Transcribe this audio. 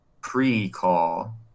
pre-call